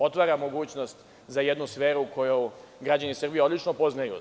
Otvara mogućnost za jednu sferu koju građani Srbije odlično poznaju.